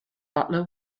butler